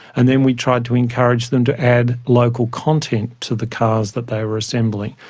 and then we tried to encourage them to add local content to the cars that they were assembling.